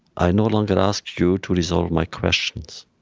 i no longer ask you to resolve my questions,